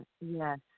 Yes